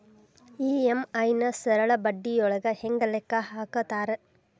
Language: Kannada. ಇ.ಎಂ.ಐ ನ ಸರಳ ಬಡ್ಡಿಯೊಳಗ ಹೆಂಗ ಲೆಕ್ಕ ಹಾಕತಾರಾ